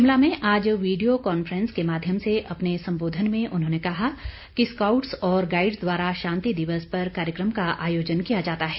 शिमला में आज video conference के माध्यम से अपने संबोधन में उन्होंने कहा कि स्काउटस और गाईडस द्वारा शांति दिवस पर कार्यकम का आयोजन किया जाता है